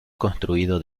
construido